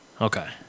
Okay